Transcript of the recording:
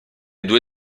due